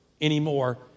anymore